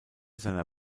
seiner